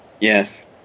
Yes